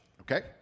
okay